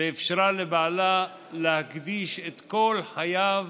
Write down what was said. ואפשרה לבעלה להקדיש את כל חייו